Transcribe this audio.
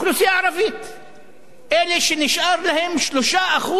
אלה שנשארו להם 3% מהקרקע הפרטית במדינה.